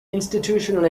institutional